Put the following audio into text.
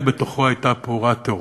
ובתוכו הייתה פעורה תהום.